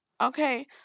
Okay